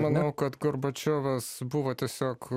manau kad gorbačiovas buvo tiesiog